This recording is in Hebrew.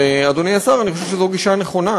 ואדוני השר, אני חושב שזו גישה נכונה.